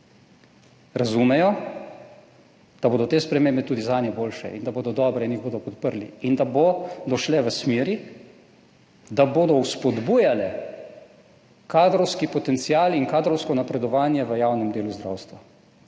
razumejo, da bodo te spremembe tudi zanje boljše in da bodo dobre in jih bodo podprli in da bodo šle v smeri, da bodo spodbujale kadrovski potencial in kadrovsko napredovanje v javnem delu zdravstva.